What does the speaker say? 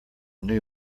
new